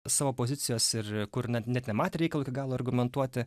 savo pozicijos ir kur net nematė reikalo iki galo argumentuoti